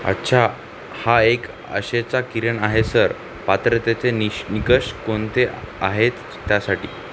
अच्छा हा एक आशेचा किरण आहे सर पात्रतेचे निष निकष कोणते आहेत त्यासाठी